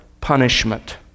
punishment